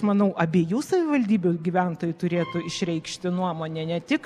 manau abiejų savivaldybių gyventojai turėtų išreikšti nuomonę ne tik